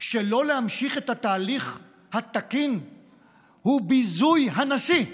שלא להמשיך את התהליך התקין היא ביזוי הנשיא,